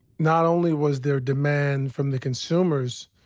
not only was there demand from the consumers